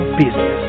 business